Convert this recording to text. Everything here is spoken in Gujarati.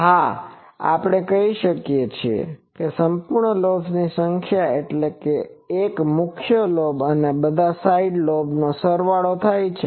હા આપણે કહી શકીએ કે સંપૂર્ણ લોબ્સની સંખ્યા એટલે એક મુખ્ય લોબ અને બધા સાઈડ લોબનો સરવાળો થાય છે